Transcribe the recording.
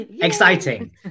exciting